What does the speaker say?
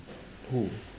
who